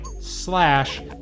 slash